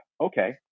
okay